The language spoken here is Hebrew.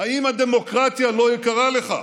"האם הדמוקרטיה לא יקרה לך?